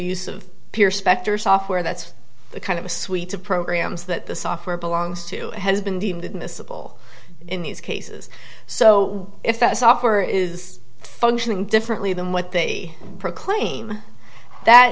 use of peer spector software that's the kind of a suite of programs that the software belongs to has been deemed admissible in these cases so if that software is functioning differently than what they proclaim that